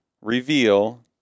Reveal